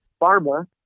pharma